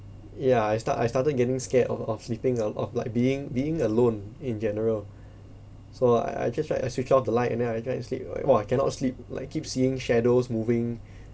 ya I start I started getting scared of of sleeping al~ of like being being alone in general so I I just like I switch off the light and then I try to sleep like !wah! cannot sleep like keep seeing shadows moving